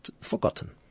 forgotten